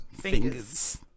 Fingers